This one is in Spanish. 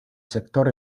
sector